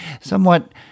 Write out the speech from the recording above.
somewhat